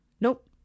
Nope